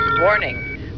warning